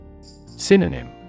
Synonym